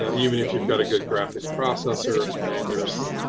yeah even if you've got a good graphics processor and there's,